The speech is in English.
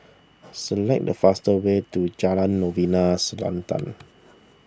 select the fastest way to Jalan Novena Selatan